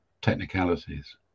technicalities